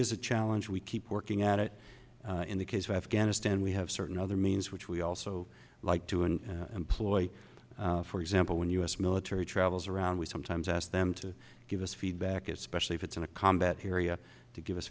is a challenge we keep working at it in the case of afghanistan we have certain other means which we also like to and employ for example when u s military travels around we sometimes ask them to give us feedback especially if it's in a combat area to give us